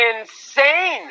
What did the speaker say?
insane